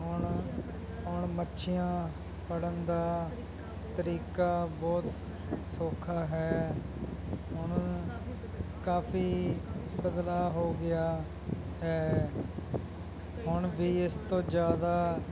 ਹੁਣ ਹੁਣ ਮੱਛੀਆਂ ਫੜਨ ਦਾ ਤਰੀਕਾ ਬਹੁਤ ਸੌਖਾ ਹੈ ਹੁਣ ਕਾਫੀ ਬਦਲਾਅ ਹੋ ਗਿਆ ਹੈ ਹੁਣ ਵੀ ਇਸ ਤੋਂ ਜ਼ਿਆਦਾ